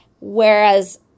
whereas –